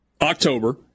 October